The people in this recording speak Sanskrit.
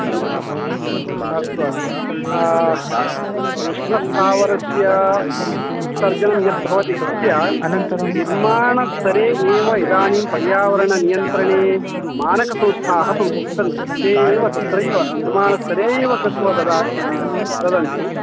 इदा अस्तु अस्तु उष्णस्थावरस्य उत्सर्जनं यद्भवति तस्य निर्माणस्तरे एव इदानीं पर्यावरणनियन्त्रणे मानकसंस्थाः स सन्ति ते एव तत्रैव निर्माणस्तेरे एव कृत्वा ददा ददन्ति